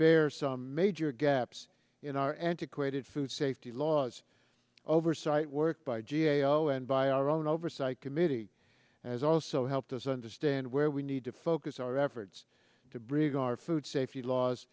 bare some major gaps in our antiquated food safety laws oversight work by g a o and by our own oversight committee has also helped us understand where we need to focus our efforts to bring our food safety laws